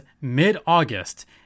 mid-August